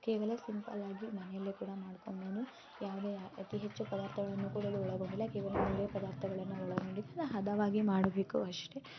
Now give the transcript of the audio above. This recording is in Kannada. ಕೇವಲ ಸಿಂಪಲ್ಲಾಗಿ ಮನೆಯಲ್ಲಿ ಕೂಡ ಮಾಡ್ಕೋಬೋದು ಯಾವುದೇ ಅತೀ ಹೆಚ್ಚು ಪದಾರ್ಥಗಳನ್ನು ಕೂಡ ಇದು ಒಳಗೊಂಡಿಲ್ಲ ಕೇವಲ ಮೂರೇ ಪದಾರ್ಥಗಳನ್ನು ಒಳಗೊಂಡಿದ್ದು ಹದವಾಗಿ ಮಾಡಬೇಕು ಅಷ್ಟೆ